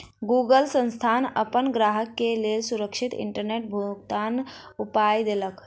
Google संस्थान अपन ग्राहक के लेल सुरक्षित इंटरनेट भुगतनाक उपाय देलक